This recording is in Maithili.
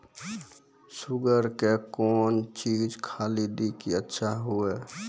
शुगर के कौन चीज खाली दी कि अच्छा हुए?